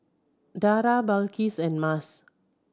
Dara Balqis and Mas